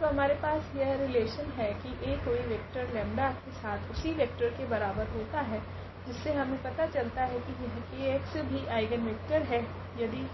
तो हमारे पास यह रेलेशन है की A कोई वेक्टर 𝜆 के साथ उसी वेक्टर के बराबर होता है जिससे हमे पता चलता है की यह kx भी आइगनवेक्टर है यदि